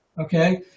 okay